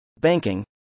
Banking